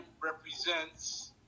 represents